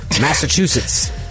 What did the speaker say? Massachusetts